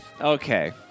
Okay